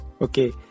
Okay